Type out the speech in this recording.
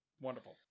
wonderful